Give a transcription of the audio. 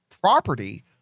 property